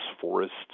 forests